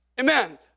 Amen